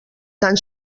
tan